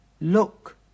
Look